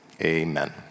amen